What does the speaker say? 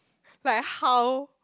like how